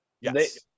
yes